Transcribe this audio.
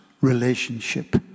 relationship